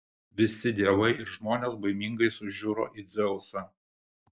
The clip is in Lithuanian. visi dievai ir žmonės baimingai sužiuro į dzeusą